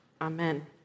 Amen